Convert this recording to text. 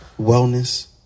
wellness